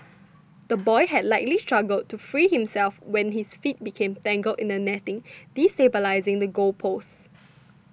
the boy had likely struggled to free himself when his feet became tangled in the netting destabilising the goal post